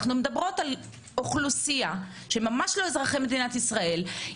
אנחנו מדברות על אוכלוסייה שהא ממש לא אזרחי מדינת ישראל.